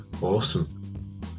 Awesome